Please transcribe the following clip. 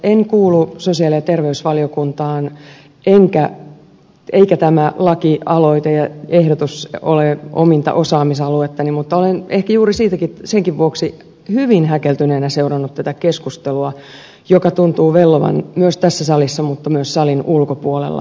en kuulu sosiaali ja terveysvaliokuntaan eivätkä tämä lakialoite ja esitys ole ominta osaamisaluettani mutta olen ehkä juuri senkin vuoksi hyvin häkeltyneenä seurannut tätä keskustelua joka tuntuu vellovan tässä salissa mutta myös salin ulkopuolella